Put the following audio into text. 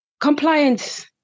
Compliance